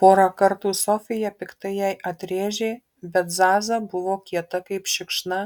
porą kartų sofija piktai jai atrėžė bet zaza buvo kieta kaip šikšna